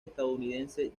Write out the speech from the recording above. estadounidense